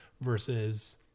versus